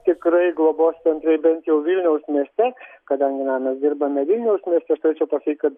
tikrai globos centrai bent jau vilniaus mieste kadangi na mes dirbame vilniaus mieste aš turėčiau kad